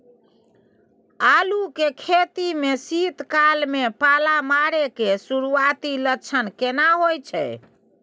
आलू के खेती में शीत काल में पाला मारै के सुरूआती लक्षण केना होय छै?